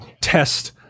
test